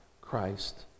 Christ